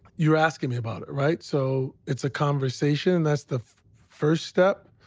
you're asking me about it. right? so it's a conversation. and that's the first step.